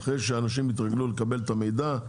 אחרי שאנשים יתרגלו לקבל את המידע,